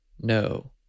no